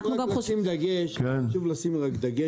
צריך לשים לב,